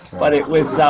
but it was